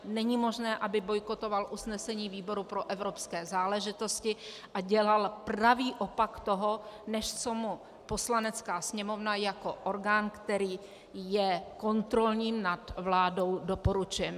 Není možné, aby bojkotoval usnesení výboru pro evropské záležitosti a dělal pravý opak toho, než co mu Poslanecká sněmovna jako orgán, který je kontrolním nad vládou, doporučuje.